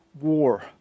war